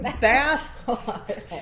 bath